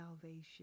salvation